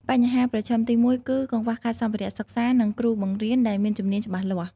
បញ្ហាប្រឈមទី១ គឺកង្វះខាតសម្ភារៈសិក្សានិងគ្រូបង្រៀនដែលមានជំនាញច្បាស់លាស់។